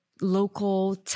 local